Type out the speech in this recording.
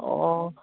অঁ